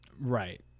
Right